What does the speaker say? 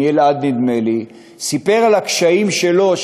נדמה לי מאלעד, שסיפר על הקשיים שלו.